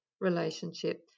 relationship